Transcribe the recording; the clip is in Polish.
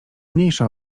mniejsza